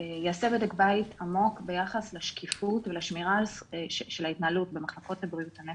שייעשה בדק בית עמוק ביחס לשקיפות של ההתנהלות במחלקות לבריאות הנפש.